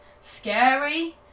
scary